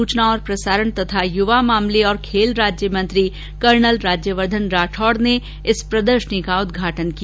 सूचना और प्रसारण तथा युवा मामले और खेल राज्य मंत्री कर्नल राज्यवर्धन राठौड़ ने इस प्रदर्शनी का उदघाटन किया